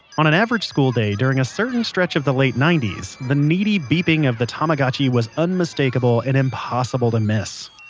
on an average school day during a certain stretch of the late nineties, the needy beeping of the tamagotchi was unmistakable and impossible to miss